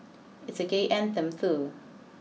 it's a gay anthem too